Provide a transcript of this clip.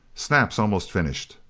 snap's almost finished.